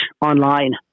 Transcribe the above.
online